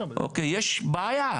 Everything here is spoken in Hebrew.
יש בעיה.